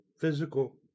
physical